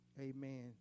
amen